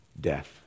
death